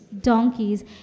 donkeys